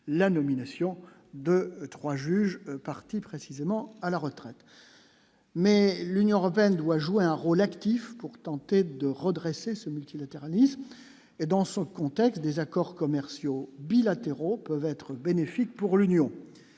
la nomination de 3 juges par. C'est précisément à la retraite, mais l'Union européenne doit jouer un rôle actif pour tenter de redresser ce multilatéralisme et dans ce contexte des accords commerciaux bilatéraux peuvent être bénéfiques pour l'Union,